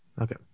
Okay